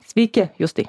sveiki justai